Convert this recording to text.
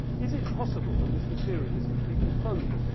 is it possible that this material is completely phony?